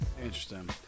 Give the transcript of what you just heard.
Interesting